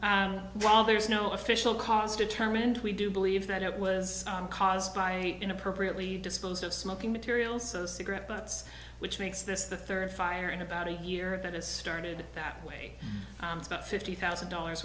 hotel while there's no official cause determined we do believe that it was caused by inappropriately disposed of smoking material so cigarette butts which makes this the third fire in about a year that is started that way about fifty thousand dollars